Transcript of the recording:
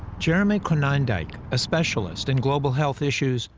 jeremy konyndyk, a specialist in global health issues,